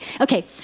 Okay